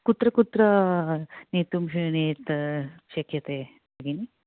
कुत्र कुत्र नेतुं शक्यते भगिनि